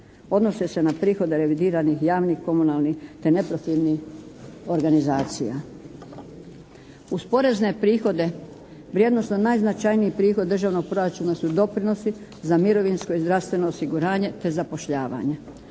Odnose se na prihode revidiranih, javnih, komunalnih, te neprofitnih organizacija. Uz porezne prihode vrijednosno najznačajniji prihod državnog proračuna su doprinosi za mirovinsko i zdravstveno osiguranje, te zapošljavanje.